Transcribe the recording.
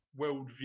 worldview